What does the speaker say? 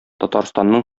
татарстанның